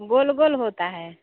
गोल गोल होता है